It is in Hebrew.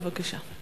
בבקשה.